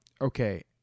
okay